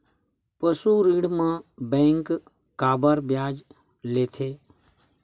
पशु ऋण म बैंक काबर ब्याज लेथे?